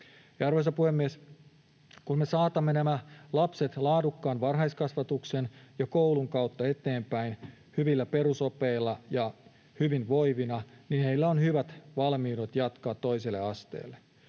arvoisa puhemies, kun me saatamme nämä lapset laadukkaan varhaiskasvatuksen ja koulun kautta eteenpäin hyvillä perusopeilla ja hyvinvoivina, niin heillä on hyvät valmiudet jatkaa toiselle asteelle.